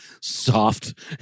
soft